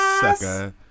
Sucker